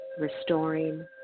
restoring